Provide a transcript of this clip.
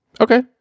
okay